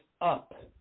up